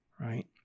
right